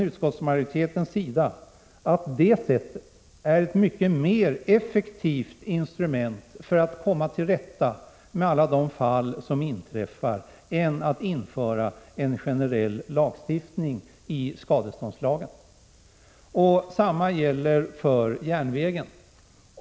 Utskottsmajoriteten anser att det är ett mycket mer effektivt instrument för att komma till rätta med alla de fall som inträffar än att införa en generell bestämmelse i skadeståndslagen. Detsamma gäller för järnvägen.